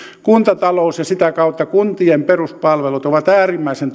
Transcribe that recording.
kuntatalous ja sitä kautta kuntien peruspalvelut on äärimmäisen